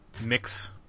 mix